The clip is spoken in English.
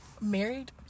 married